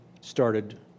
started